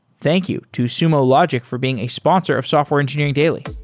thank you to sumo logic for being a sponsor of software engineering daily